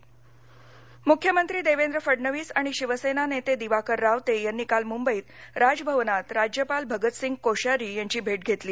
महाराष्ट राजकीय मुख्यमंत्री देवेंद्र फडणविस आणि शिवसेना नेते दिवाकर रावते यांनी काल मुंबईत राजभवनात राज्यपाल भगतसिंग कोश्यारी यांची भेट घेतली